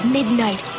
Midnight